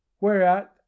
whereat